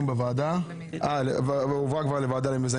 היה ככה: הייתה בקשה לוועדת הפנים